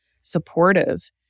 supportive